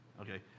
Okay